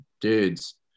dudes